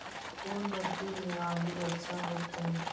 कोन मट्टी में आलु अच्छा होतै?